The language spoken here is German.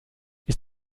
ist